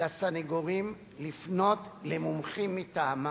לסניגורים לפנות למומחים מטעמה,